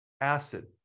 acid